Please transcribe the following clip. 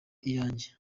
iyanjye